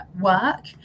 work